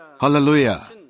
Hallelujah